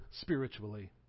spiritually